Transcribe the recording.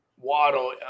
Waddle